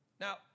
Now